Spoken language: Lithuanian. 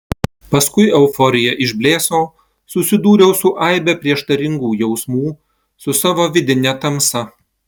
paskui euforija išblėso susidūriau su aibe prieštaringų jausmų su savo vidine tamsa